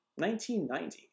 1990